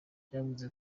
vyavuze